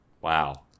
wow